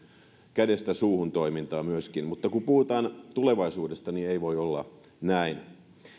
kädestä suuhun toimintaa mutta kun puhutaan tulevaisuudesta ei voi olla näin